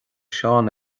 seán